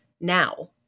now